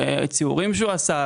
ציורים שהוא עשה,